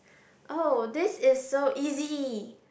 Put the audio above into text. oh this is so easy